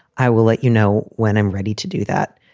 i will let you know when i'm ready to do that.